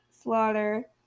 slaughter